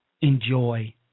enjoy